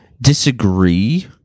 disagree